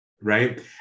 Right